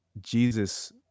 Jesus